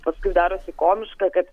paskui darosi komiška kad